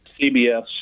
CBS